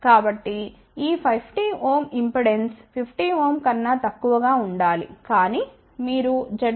కాబట్టి ఈ 50 Ω ఇంపెడెన్స్ 5Ω కన్నా తక్కువగా ఉండాలికానీ మీరు Z1Cj కూడా 0